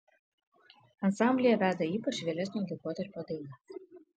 ansamblyje veda ypač vėlesnio laikotarpio dainas